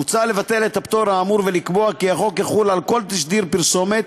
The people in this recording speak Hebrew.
מוצע לבטל את הפטור האמור ולקבוע כי החוק יחול על כל תשדיר פרסומת,